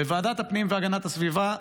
בוועדת הפנים והגנת הסביבה,